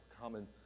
common